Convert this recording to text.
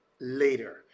later